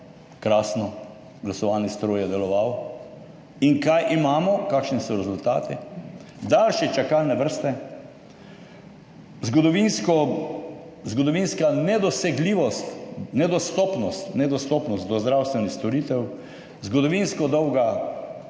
Krasno, glasovalni stroj je deloval. In kaj imamo? Kakšni so rezultati? Daljše čakalne vrste, zgodovinska nedosegljivost, nedostopnost do zdravstvenih storitev, zgodovinsko dolga